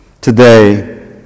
today